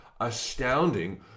astounding